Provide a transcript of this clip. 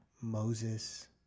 Moses